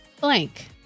blank